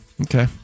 Okay